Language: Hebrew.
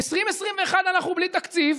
2021, אנחנו בלי תקציב.